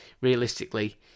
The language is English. realistically